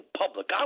public